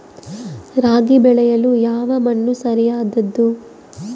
ರಾಗಿ ಬೆಳೆಯಲು ಯಾವ ಮಣ್ಣು ಸರಿಯಾದದ್ದು?